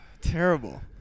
Terrible